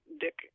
Dick